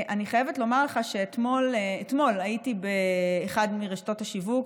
אני חייבת לומר לך שאתמול הייתי באחת מרשתות השיווק,